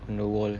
on the wall